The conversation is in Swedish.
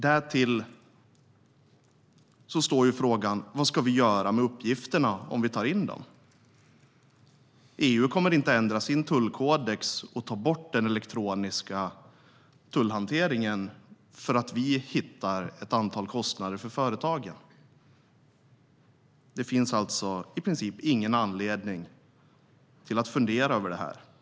Därtill är frågan vad man ska göra med uppgifterna om man tar in dem. EU kommer inte att ändra sin tullkodex och ta bort den elektroniska tullhanteringen för att vi hittar ett antal kostnader för företagen. Det finns alltså i princip ingen anledning att fundera över det här.